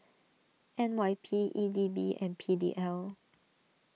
N Y P E D B and P D L